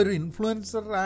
influencer